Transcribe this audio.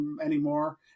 anymore